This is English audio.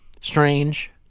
Strange